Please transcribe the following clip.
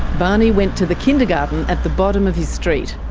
barney went to the kindergarten at the bottom of his street.